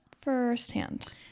firsthand